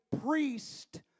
priest